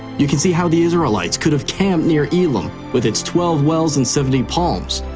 you can see how the israelites could have camped near elim with its twelve wells and seventy palms.